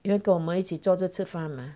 因为跟我们坐着吃饭吗